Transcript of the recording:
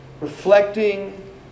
Reflecting